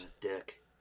dick